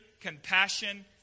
compassion